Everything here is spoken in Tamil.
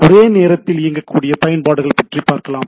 ஒரே நேரத்தில் இயங்கக்கூடிய பயன்பாடுகள் பற்றி பார்க்கலாம்